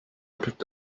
picked